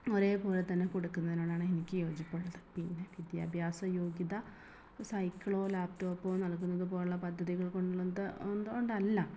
ഒരേപോലെ തന്നെ കൊടുക്കുന്നതിനോടാണ് എനിക്ക് യോജിപ്പുള്ളത് പിന്നെ വിദ്യാഭ്യസ യോഗ്യത സൈക്കിളോ ലാപ്പ് ടോപ്പോ നടക്കുന്നത് പോലെയുള്ള പദ്ധതികൾ കൊണ്ടല്ല